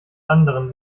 anderen